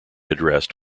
addressed